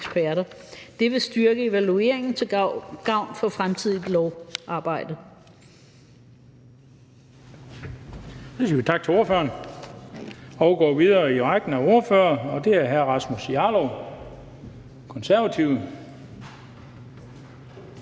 Det vil styrke evalueringen til gavn for fremtidigt lovarbejde.